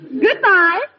Goodbye